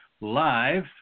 live